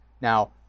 Now